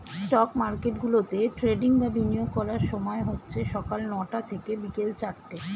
stock মার্কেটগুলোতে trading বা বিনিয়োগ করার সময় হচ্ছে সকাল নয়টা থেকে বিকেল চারটে